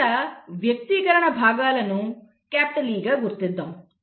ఇక్కడ వ్యక్తీకరణ భాగాలను 'E' గా గుర్తిద్దాం